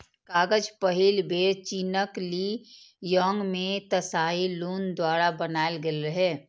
कागज पहिल बेर चीनक ली यांग मे त्साई लुन द्वारा बनाएल गेल रहै